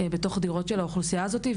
בתוך דירות של האוכלוסייה הזאת.